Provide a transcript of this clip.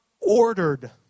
ordered